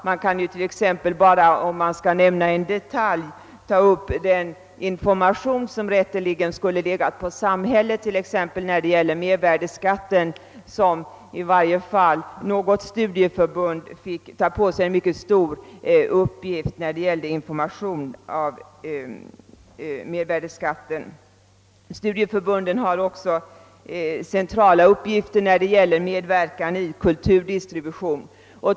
Man kan t.ex. bara, om man skall nämna en detalj, ta upp den information, som rätteligen borde ha ålegat samhället i fråga om mervärdeskatten. I varje fall vårt studieförbund fick ta på sig en mycket stor uppgift vad beträffar information rörande mervärdeskatten. Studieförbunden har också centrala uppgifter i fråga om medverkan i kulturdistributionen.